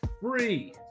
free